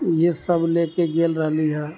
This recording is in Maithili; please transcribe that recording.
इएहसब लऽ कऽ गेल रहली हँ